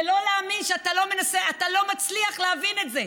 זה לא להאמין שאתה לא מצליח להבין את זה.